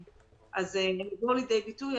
הם יבואו לידי ביטוי.